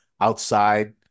outside